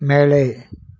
மேலே